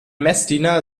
messdiener